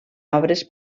obres